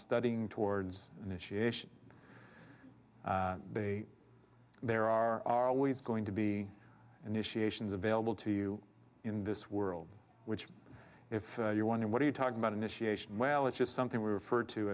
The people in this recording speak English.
studying towards initiation be there are always going to be initiations available to you in this world which if you want and what are you talking about initiation well it's just something we refer to